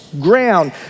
ground